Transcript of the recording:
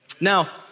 Now